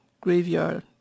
graveyard